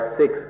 six